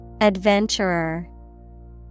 Adventurer